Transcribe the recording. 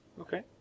okay